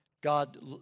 God